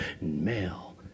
Male